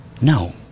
no